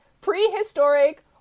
prehistoric